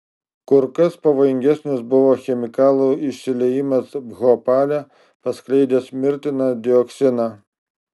kur kas pavojingesnis buvo chemikalų išsiliejimas bhopale paskleidęs mirtiną dioksiną